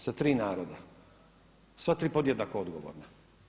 Sa tri naroda, sva tri podjednako odgovorna.